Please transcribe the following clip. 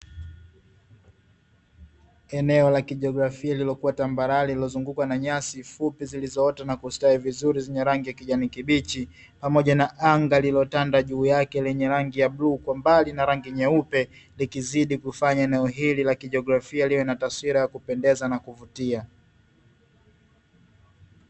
Eneo la kijiografia lililokuwa tambarare lililozungukwa na nyasi fupi zilzoota na kustawi vizuri zenye rangi ya kijani kibichi, pamoja na anga lililotanda juu yake lenye rangi ya bluu kwa mbali na rangi nyeupe, likizidi kufanya eneo hili la kijiografia liwe na taswira ya kupendeza na kuvutia.